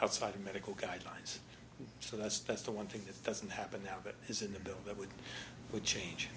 outside of medical guidelines so that's that's the one thing that doesn't happen now that is in the bill that would change